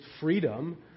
freedom